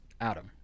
adam